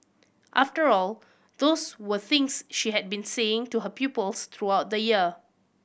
after all those were things she had been saying to her pupils throughout the year